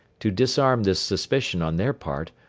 to disarm this suspicion on their part,